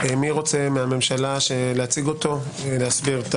מי רוצה מהממשלה להציג אותו, להסביר?